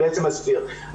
מכירים,